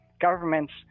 governments